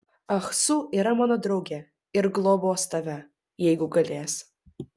ah su yra mano draugė ir globos tave jeigu galės